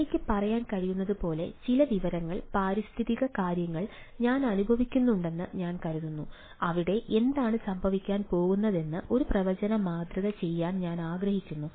എനിക്ക് പറയാൻ കഴിയുന്നതുപോലെ ചില വിവരങ്ങൾ പാരിസ്ഥിതിക കാര്യങ്ങൾ ഞാൻ അനുഭവിക്കുന്നുണ്ടെന്ന് ഞാൻ കരുതുന്നു അവിടെ എന്താണ് സംഭവിക്കാൻ പോകുന്നതെന്ന് ഒരു പ്രവചന മാതൃക ചെയ്യാൻ ഞാൻ ആഗ്രഹിക്കുന്നു